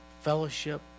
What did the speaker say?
fellowship